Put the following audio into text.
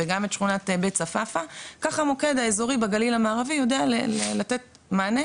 וגם את שכונת בית צפאפא ככה המוקד האזורי בגלל המערבי יודע לתת מענה